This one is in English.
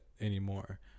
Anymore